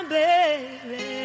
baby